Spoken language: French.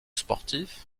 sportif